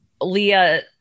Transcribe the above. Leah